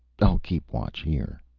i'll keep watch here.